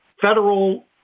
federal